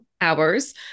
hours